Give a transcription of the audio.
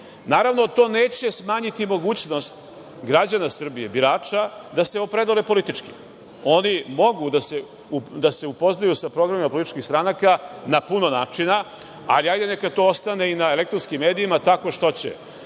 izbora. Naravno, to neće smanjiti mogućnost građana Srbije, birača da se opredele politički. Oni mogu da se upoznaju sa programima političkih stranaka na puno načina, ali ajde neka to ostane i na elektronskim medijima, tako što će